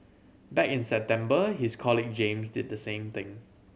back in September his colleague James did the same thing